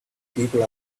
people